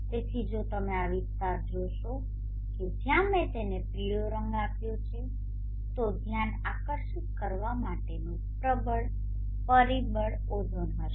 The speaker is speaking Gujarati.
તેથી જો તમે આ વિસ્તારો જોશો કે જ્યાં મેં તેને પીળો રંગ આપ્યો છે તો ધ્યાન આકર્ષિત કરવા માટેનું પ્રબળ પરિબળ ઓઝોન હશે